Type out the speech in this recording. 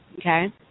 Okay